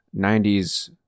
90s